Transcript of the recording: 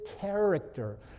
character